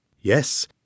Yes